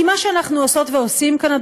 כי מה שאנחנו עושות ועושים כאן,